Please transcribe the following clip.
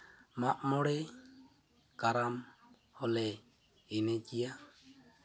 ᱢᱟᱜᱼᱢᱚᱬᱮ ᱠᱟᱨᱟᱢ ᱦᱚᱸᱞᱮ ᱮᱱᱮᱡ ᱜᱮᱭᱟ